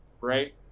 right